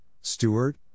Stewart